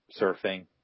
surfing